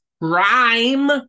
rhyme